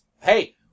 hey